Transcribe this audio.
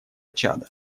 чада